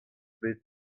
bet